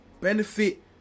benefit